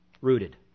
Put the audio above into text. rooted